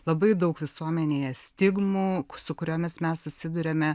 labai daug visuomenėje stigmų su kuriomis mes susiduriame